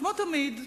כמו תמיד,